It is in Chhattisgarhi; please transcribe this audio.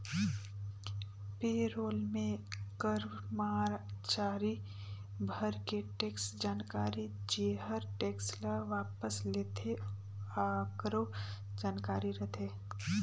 पे रोल मे करमाचारी भर के टेक्स जानकारी जेहर टेक्स ल वापस लेथे आकरो जानकारी रथे